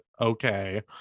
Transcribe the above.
okay